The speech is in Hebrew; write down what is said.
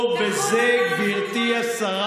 למה אתה משקר,